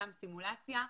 סתם סימולציה,